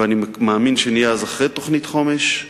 ואני מאמין שנהיה אז אחרי תוכנית חומש,